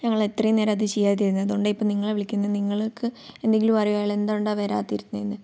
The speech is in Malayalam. ഞങ്ങൾ ഇത്രയും നേരം അത് ചെയ്യാതിരുന്നത് അതുകൊണ്ടാണ് ഇപ്പോൾ നിങ്ങളെ വിളിക്കുന്നത് നിങ്ങൾക്ക് എന്തെങ്കിലും അറിയാവോ അയാൾ എന്തുകൊണ്ട് വരാതിരുന്നത് എന്ന്